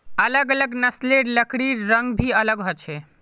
अलग अलग नस्लेर लकड़िर रंग भी अलग ह छे